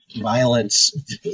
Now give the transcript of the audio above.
violence